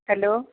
hello